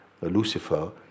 Lucifer